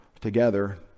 together